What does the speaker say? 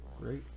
great